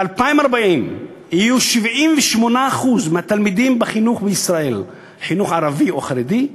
ב-2040 יהיו 78% מהתלמידים בישראל בחינוך ערבי או חרדי,